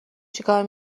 چیکار